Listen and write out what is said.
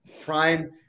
prime